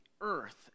earth